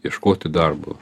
ieškoti darbo